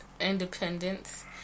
Independence